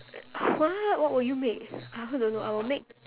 what what would you make I also don't know I would make